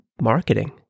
marketing